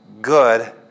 good